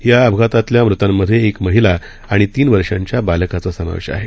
या अपघातातील मृतांमध्ये एक महिला आणि तीन वर्षाच्या बालकाचा समावेश आहे